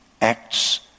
acts